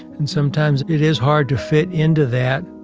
and sometimes it is hard to fit into that.